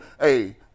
Hey